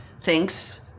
thinks